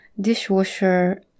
dishwasher